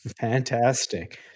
Fantastic